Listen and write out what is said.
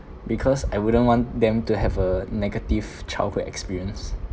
because I wouldn't want them to have a negative childhood experience